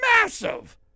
massive